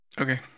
Okay